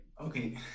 okay